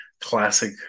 classic